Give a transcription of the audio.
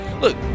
look